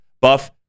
buff